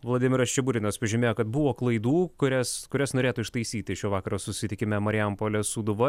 vladimiras ščiburinas pažymėjo kad buvo klaidų kurias kurias norėtų ištaisyti šio vakaro susitikime marijampolė sūduva